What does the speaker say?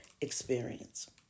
experience